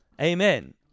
Amen